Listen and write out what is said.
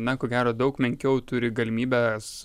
na ko gero daug menkiau turi galimybes